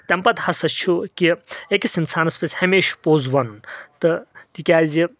تیٚمہِ پتہٕ ہسا چھُ کہِ أکِس انسانس پزِ پمیشہِ پوٚز ونُن تہٕ تِکیازِ